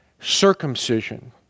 circumcision